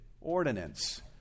ordinance